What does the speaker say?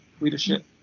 leadership